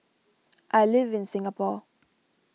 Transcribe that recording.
I live in Singapore